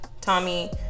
Tommy